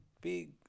big